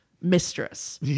mistress